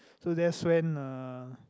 so that's when uh